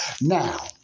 Now